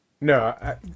No